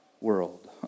world